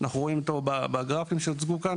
אנחנו רואים אותו בגרפים שהוצגו כאן